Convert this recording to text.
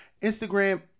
Instagram